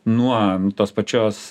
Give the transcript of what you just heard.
nuo tos pačios